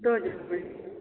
दो जन